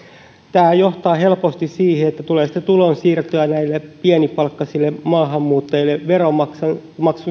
tämähän johtaa helposti siihen että tulee sitten tulonsiirtoja näille pienipalkkaisille maahanmuuttajille veronmaksun